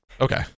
Okay